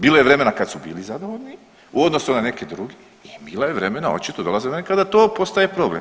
Bilo je vremena kad su bili zadovoljni u odnosu na neke druge, a bilo je vremena očito dolaze dani kada to postaje problem.